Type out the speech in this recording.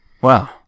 Wow